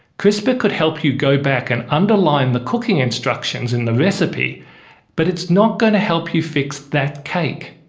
crispr could help you go back and underline the cooking instructions in the recipe but it's not going to help you fix that cake.